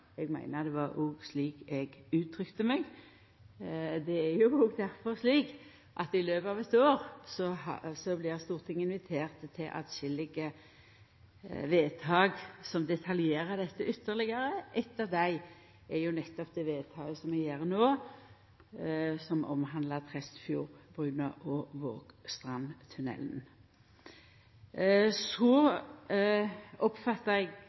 Eg meiner det òg var slik eg uttrykte meg. Det er jo difor slik at i løpet av eit år blir Stortinget invitert til å fatta atskillege vedtak som detaljerer dette ytterlegare. Eit av dei er jo nettopp det vedtaket som vi skal gjera no, som handlar om Tresfjordbrua og Vågstrandstunnelen. Så oppfatta eg